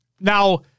Now